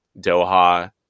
Doha